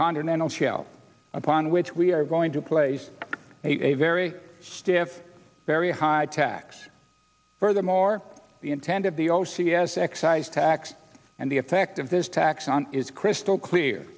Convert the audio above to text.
continental shelf upon which we are going to place a very stiff very high tax furthermore the intent of the o c s excise tax and the effect of this tax on is crystal clear